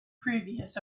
previous